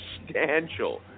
substantial